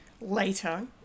later